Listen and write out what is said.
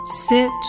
Sit